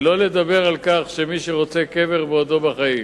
שלא לדבר על כך שמי שרוצה קבר בעודו בחיים,